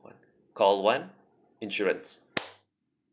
one call one insurance